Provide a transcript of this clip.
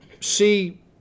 see